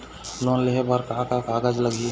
Loan लेहे बर का का कागज लगही?